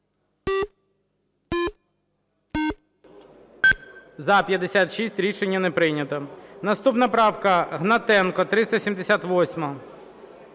За-56 Рішення не прийнято. Наступна правка, Гнатенко, 378-а.